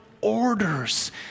orders